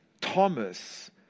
Thomas